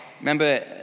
Remember